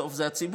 בסוף זה הציבור,